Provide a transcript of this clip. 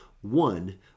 one